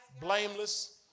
blameless